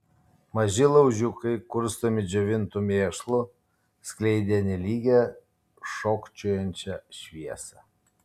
maži laužiukai kurstomi džiovintu mėšlu skleidė nelygią šokčiojančią šviesą